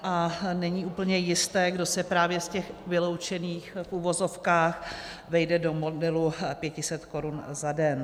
A není úplně jisté, kdo se právě z těch vyloučených, v uvozovkách, vejde do modelu pěti set korun za den.